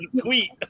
tweet